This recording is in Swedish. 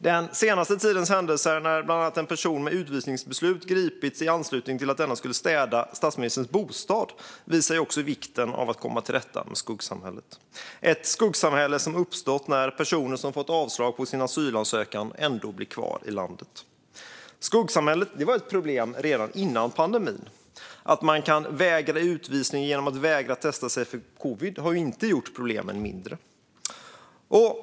Den senaste tidens händelser, bland annat att en person med utvisningsbeslut gripits i anslutning till att denna skulle städa statsministerns bostad, visar också vikten av att komma till rätta med skuggsamhället - ett skuggsamhälle som uppstått när personer som fått avslag på sin asylansökan ändå blir kvar i landet. Skuggsamhället var ett problem redan före pandemin. Att man kan vägra utvisning genom att vägra testa sig för covid har inte gjort problemet mindre.